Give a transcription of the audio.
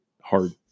hard